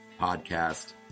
podcast